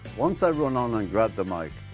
once i run on and grab the mic,